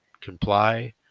comply